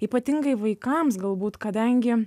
ypatingai vaikams galbūt kadangi